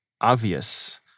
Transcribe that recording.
obvious